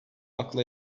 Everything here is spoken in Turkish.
akla